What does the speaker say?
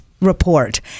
Report